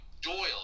Doyle